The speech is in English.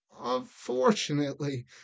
unfortunately